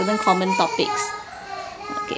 women common topics okay